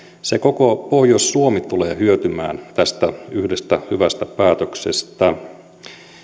koko pohjois suomi tulee hyötymään tästä yhdestä hyvästä päätöksestä